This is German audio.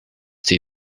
die